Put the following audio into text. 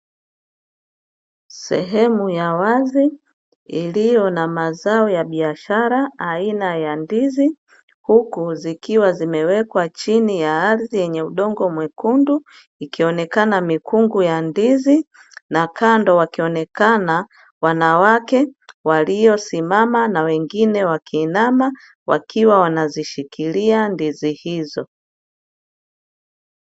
Sehemu ya wazi iliyo na mazao ya biashara aina ya ndizi, huku zikiwa zimewekwa chini ya ardhi yenye udongo mwekundu. Ikionekana mikungu ya ndizi na kando wakionekana wanawake waliosimama na wengine wakiinama wakiwa wanazishikilia ndizi hizo.